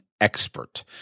expert